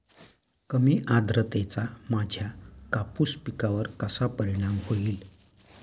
कमी आर्द्रतेचा माझ्या कापूस पिकावर कसा परिणाम होईल?